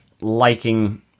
liking